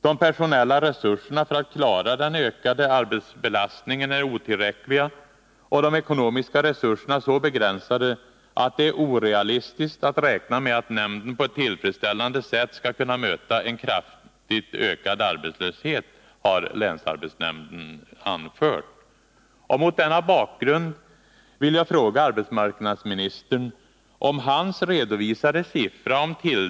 De personella resurserna för att klargöra den ökade arbetsbelastningen är otillräckliga, och de ekonomiska resurserna är så begränsade att det är orealistiskt att räkna med att nämnden på ett tillfredsställande sätt skall kunna möta en kraftigt ökad arbetslöshet, har länsarbetsnämnden anfört.